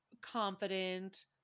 confident